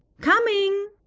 coming,